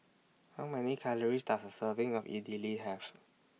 How Many Calories Does A Serving of Idili Have